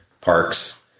parks